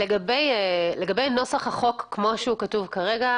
לגבי נוסח החוק כמו שהוא כתוב כרגע,